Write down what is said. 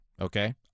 Okay